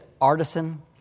artisan